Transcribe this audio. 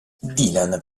dylan